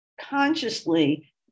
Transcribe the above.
consciously